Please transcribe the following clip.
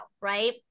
right